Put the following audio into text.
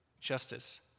justice